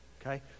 Okay